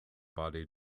body